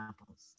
Apples